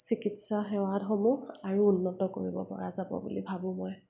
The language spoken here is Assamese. চিকিৎসা সেৱাসমূহ আৰু উন্নত কৰিব পৰা যাব বুলি ভাবোঁ মই